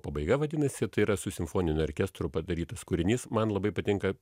pabaiga vadinasi tai yra su simfoniniu orkestru padarytas kūrinys man labai patinka